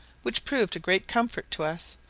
which proved a great comfort to us,